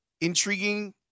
intriguing